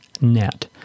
net